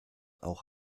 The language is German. auch